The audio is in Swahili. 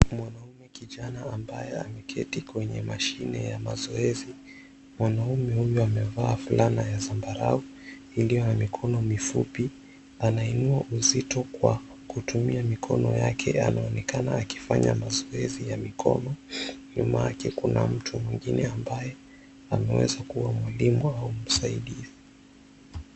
Mwanaume kijana ambaye ameketi kwenye mashine ya mazoezi. Mwanaume huyu amevaa fulana ya zambarau iliyo na mikono mifupi, anainua uzito kwa kutumia mikono yake anaonekana akifanya mazoezi ya mikono. Nyuma yake, kuna mtu mwingine ambaye ameweza kuwa mwalimu au msaidizi.